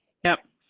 yep,